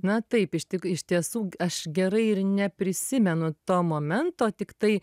na taip iš tik iš tiesų aš gerai ir neprisimenu to momento tiktai